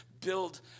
build